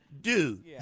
dude